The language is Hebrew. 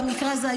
במקרה הזה,